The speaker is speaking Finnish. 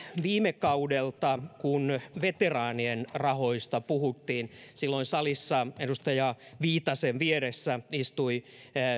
viime kaudelta kun veteraanien rahoista puhuttiin silloin salissa edustaja viitasen vieressä istui